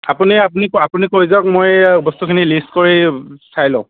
আপুনি আপুনি আপুনি কৈ যাওক মই বস্তুখিনি লিষ্ট কৰি চাই লওঁ